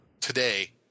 today